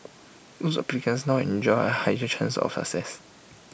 those applicants now enjoy higher chance of success